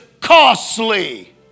costly